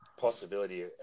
possibility